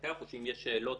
לפתח או אם יש שאלות